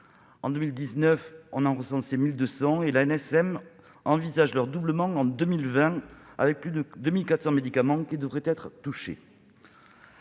En 2019, on en recensait 1 200, et l'ANSM envisage leur doublement en 2020. Ainsi, 2 400 médicaments devraient être touchés.